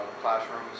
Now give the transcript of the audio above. classrooms